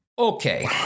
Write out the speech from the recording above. Okay